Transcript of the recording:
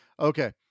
Okay